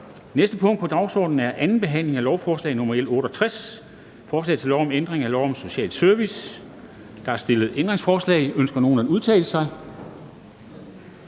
næste punkt på dagsordenen er: 7) 2. behandling af lovforslag nr. L 68: Forslag til lov om ændring af lov om social service. (Ro og stabilitet for udsatte børn og unge og